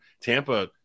Tampa